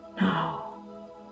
now